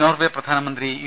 Norway പ്രധാനമന്ത്രി U